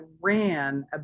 ran